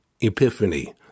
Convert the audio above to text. epiphany